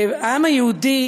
העם היהודי,